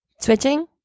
Switching